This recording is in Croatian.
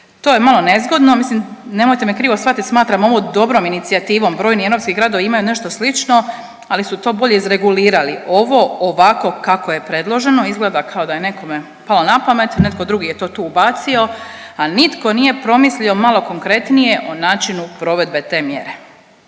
To je malo nezgodno. Mislim nemojte me krivo shvatiti smatram ovo dobrom inicijativom. Brojni europski gradovi imaju nešto slično, ali su to bolje izregulirali. Ovo ovako kako je predloženo izgleda kao da je nekome palo na pamet, netko drugi je to tu ubacio, ali nitko nije promislio malo konkretnije o načinu provedbe te mjere.